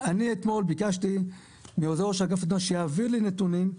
אז אני אתמול ביקשתי מעוזר ראש האגף שיעביר לי נתונים.